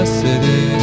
city